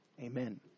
Amen